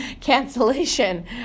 cancellation